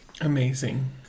Amazing